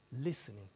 listening